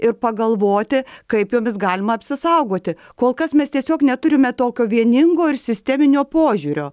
ir pagalvoti kaip jomis galima apsisaugoti kol kas mes tiesiog neturime tokio vieningo ir sisteminio požiūrio